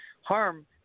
harm